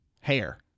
hair